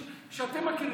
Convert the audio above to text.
שאתם מכירים בה.